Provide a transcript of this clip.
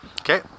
Okay